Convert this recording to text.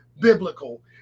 biblical